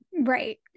Right